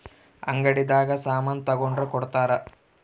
ಅಂಗಡಿ ದಾಗ ಸಾಮನ್ ತಗೊಂಡ್ರ ಕೊಡ್ತಾರ